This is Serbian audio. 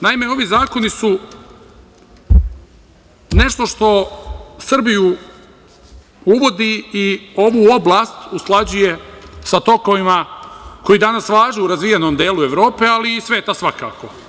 Naime, ovi zakoni su nešto što Srbiju uvodi i ovu oblast usklađuje sa tokovima koji danas važe u razvijenom delu Evrope, ali i sveta svakako.